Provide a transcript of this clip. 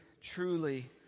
truly